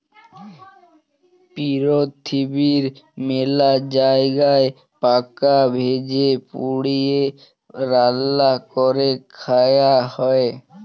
পিরথিবীর মেলা জায়গায় পকা ভেজে, পুড়িয়ে, রাল্যা ক্যরে খায়া হ্যয়ে